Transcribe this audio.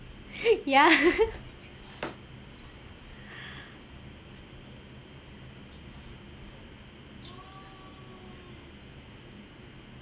yeah